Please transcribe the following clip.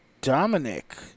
Dominic